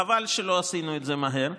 חבל שלא עשינו את זה מהר,